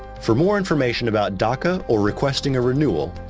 for more information about daca or requesting a renewal,